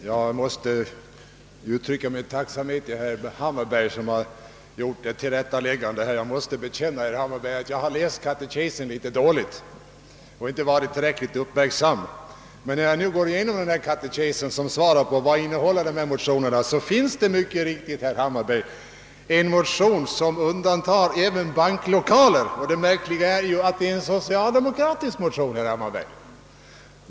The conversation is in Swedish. Herr talman! Jag vill uttrycka min tacksamhet till herr Hammarberg för tillrättaläggandet. Jag måste bekänna, herr Hammarberg, att jag tydligen läst katekesen litet dåligt och inte varit tillräckligt uppmärksam. Men när jag nu går igenom katekesen, som svarar på frågan vad motionerna innehåller, så finner jag mycket riktigt en motion som undantar även banklokaler. Det märkliga, herr Hammarberg, är att det är en socialdemokratisk motion.